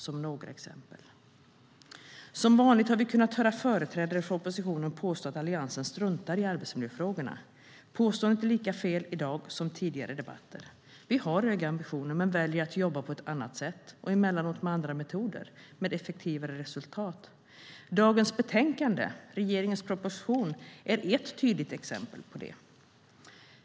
Som vanligt har vi kunnat höra företrädare för oppositionen påstå att Alliansen struntar i arbetsmiljöfrågorna. Påståendet är lika fel i dag som i tidigare debatter. Vi har höga ambitioner men väljer att jobba på ett annat sätt och emellanåt med andra metoder med effektivare resultat. Dagens betänkande och regeringens proposition är ett tydligt exempel på detta.